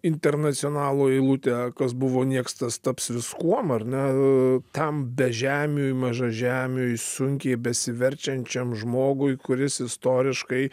internacionalo eilutę kas buvo nieks tas taps viskuom ar ne tam bežemiui mažažemiui sunkiai besiverčiančiam žmogui kuris istoriškai